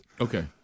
okay